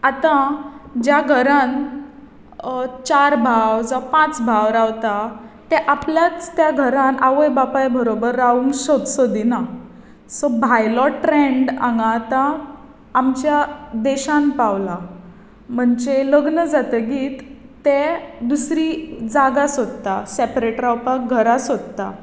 आतां ज्या घरांत चार भाव जावं पांच भाव रावतात ते आपल्याच त्या घरांत आवय बापूय बरोबर रावंक सोदिना सो भायलो ट्रॅंड हांगा आतां आमच्या देशांत पावला म्हणजे लग्न जातकीर ते दुसरी जागा सोदता सॅपरेट रावपाक घरां सोदता